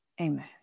Amen